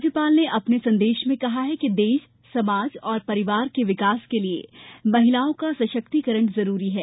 राज्यपाल ने अपने संदेश में कहा कि देश परिवार समाज के विकास के लिए महिलाओं का सशक्तिकरण जुरुरी है